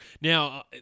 Now